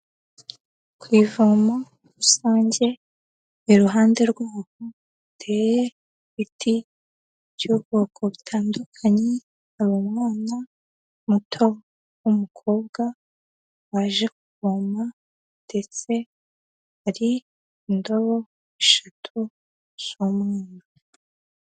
Ku ivomo rusange, iruhande rwaho hateye ibiti by'ubwoko butandukanye, hari umwana muto w'umukobwa waje kuvoma ndetse hari indobo eshatu z'umweru.